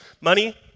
Money